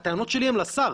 הטענות שלי הן לשר,